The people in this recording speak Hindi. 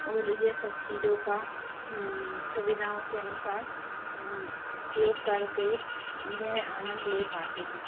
और यह सब चीज़ों का सुविधाओं के अनुसार उपयोग करके यह आनंद ले पाते हैं